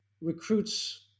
recruits